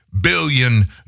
billion